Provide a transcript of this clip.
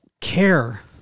care